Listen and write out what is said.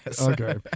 Okay